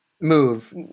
move